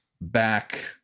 back